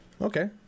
Okay